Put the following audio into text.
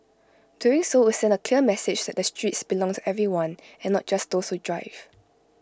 doing so would send A clear message that the streets belongs to everyone and not just those who drive